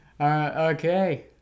Okay